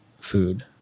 food